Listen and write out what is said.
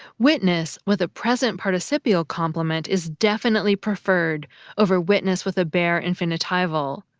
witness with a present participial complement is definitely preferred over witness with a bare infinitival,